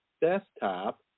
Desktop